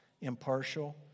impartial